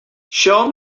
show